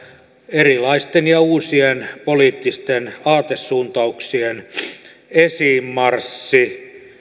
erilaisten ja uusien poliittisten aatesuuntauksien esiinmarssi